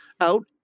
out